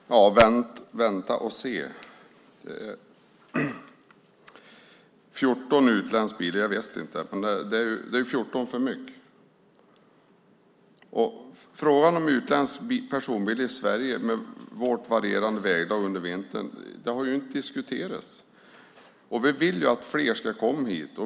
Fru talman! Ja, vänta och se . 14 utländska bilar är 14 för mycket. Frågan om utländska personbilar i Sverige med vårt varierande väglag under vintern har inte diskuterats. Vi vill ju att fler ska komma hit.